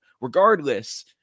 Regardless